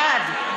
בעד.